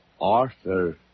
Arthur